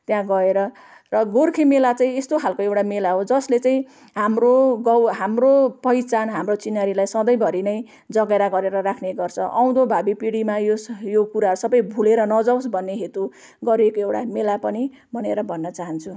त्यहाँ गएर र गोर्खे मेला चाहिँ यस्तो खालको एउटा मेला हो जसले चाहिँ हाम्रो गौ हाम्रो पहिचान हाम्रो चिनारीलाई सधैँभरि नै जगेडा गरेर राख्ने गर्छ आउँदो भावी पिढीमा यो स यो कुराहरू सबै भुलेर नजाओस् भन्ने हेतु गरिएको एउटा मेला पनि भनेर भन्न चाहन्छु